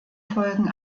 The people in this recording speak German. folgen